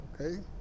Okay